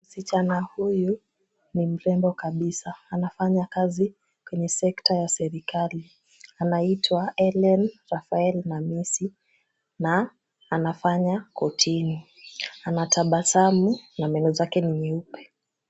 Msichana huyu ni mrembo kabisa. Anafanya kazi kwenye sekta ya serikali. Anaitwa Ellen Rafael Namisi na, anafanya kortini. Anatabasamu na meno zake ni nyeupe.